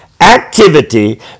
activity